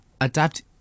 adapt